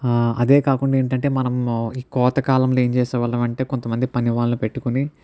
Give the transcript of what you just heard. అదే కాకుండా ఏంటంటే మనము కోత కాలంలో ఏంచేసేవాళ్ళమంటే కొంతమంది పనివాళ్ళని పెట్టుకుని